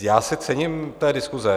Já si cením té diskuse.